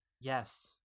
yes